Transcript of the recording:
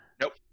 Nope